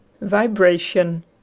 Vibration